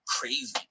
crazy